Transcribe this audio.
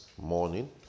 morning